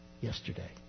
yesterday